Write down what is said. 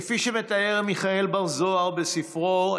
כפי שמתאר מיכאל בר זוהר בספרו,